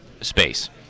space